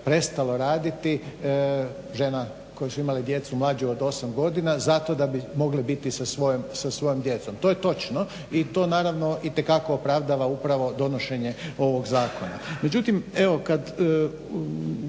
prestalo raditi, žena koje su imale djecu mlađu od 8 godina zato da bi mogle biti sa svojom djecom i to je točno i to naravno itekako opravdava i donošenje ovog zakona.